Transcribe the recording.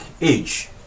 age